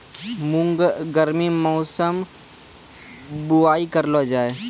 मूंग गर्मी मौसम बुवाई करलो जा?